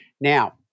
Now